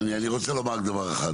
אני רוצה לומר רק דבר אחד,